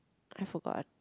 I forgot